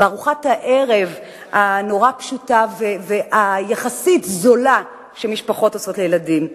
בארוחת הערב הנורא-פשוטה והיחסית-זולה שמשפחות עושות לילדים.